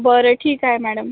बरं ठीक आहे मॅडम